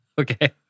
Okay